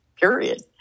period